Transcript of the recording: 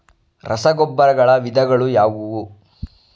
ರಸಗೊಬ್ಬರಗಳ ವಿಧಗಳು ಯಾವುವು?